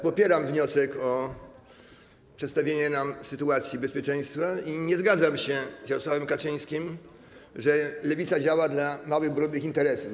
Popieram wniosek o przedstawienie nam sytuacji bezpieczeństwa i nie zgadzam się z Jarosławem Kaczyńskim, że Lewica działa dla małych, brudnych interesów.